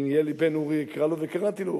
אם יהיה לי בן אורי אקרא לו, וקראתי לו אורי.